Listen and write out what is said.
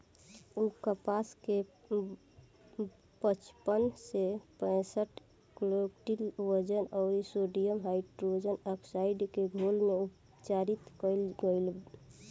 उ कपास के पचपन से पैसठ क्विंटल वजन अउर सोडियम हाइड्रोऑक्साइड के घोल में उपचारित कइल गइल